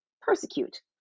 persecute